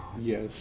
Yes